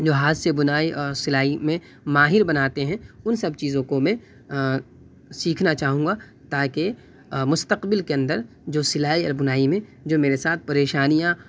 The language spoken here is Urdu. جو ہاتھ سے بنائی اور سلائی میں ماہر بناتے ہیں ان سب چیزوں کو میں سیکھنا چاہوں گا تاکہ مستقبل کے اندر جو سلائی اور بنائی میں جو میرے ساتھ پریشانیاں